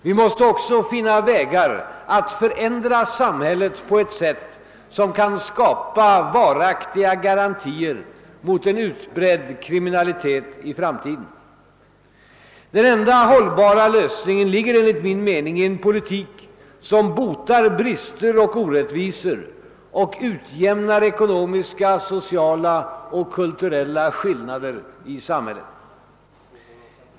Vi måste också finna vägar att förändra samhället på ett sätt som kan skapa varaktiga garantier mot en utbredd kriminalitet i framtiden. Den enda hållbara lösningen ligger enligt min mening i en politik som botar brister och orättvisor och utjämnar ekonomiska, sociala och kulturella skillnader i samhället.